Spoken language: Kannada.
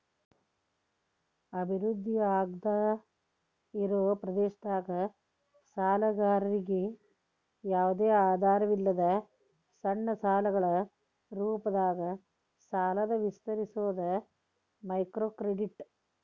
ಅಭಿವೃದ್ಧಿ ಆಗ್ದಾಇರೋ ಪ್ರದೇಶದಾಗ ಸಾಲಗಾರರಿಗಿ ಯಾವ್ದು ಆಧಾರಿಲ್ಲದ ಸಣ್ಣ ಸಾಲಗಳ ರೂಪದಾಗ ಸಾಲನ ವಿಸ್ತರಿಸೋದ ಮೈಕ್ರೋಕ್ರೆಡಿಟ್